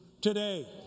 today